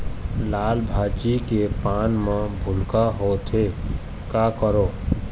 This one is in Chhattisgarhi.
लाल भाजी के पान म भूलका होवथे, का करों?